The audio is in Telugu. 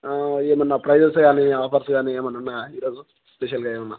ఏమన్నా ప్రైజెస్ గానీ ఆఫర్స్ గానీ ఏమన్నాన్నా స్పెషల్గా ఏమన్నా